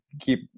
keep